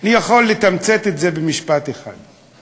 אני יכול לתמצת את זה במשפט אחד: